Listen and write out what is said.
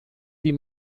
die